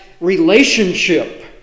relationship